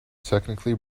technically